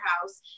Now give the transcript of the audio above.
house